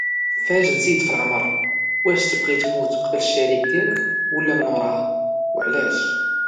فاش تزيد فالعمر واش تبغي تموت قبل الشريك ديالك ولا من وراه وعلاش؟